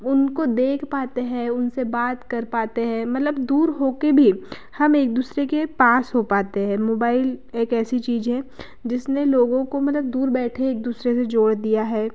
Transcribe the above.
उनको देख पाते हैं उनसे बात कर पाते हैं मतलब दूर होकर भी हम एक दूसरे के पास हो पाते हैं मोबाइल एक ऐसी चीज़ है जिसने लोगों को मदद दूर बैठे एक दूसरे से जोड़ दिया है